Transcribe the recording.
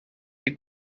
you